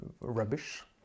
rubbish